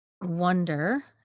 wonder